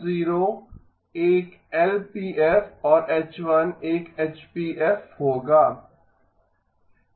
F0 एक LPF और H 1 एक एचपीएफ होगा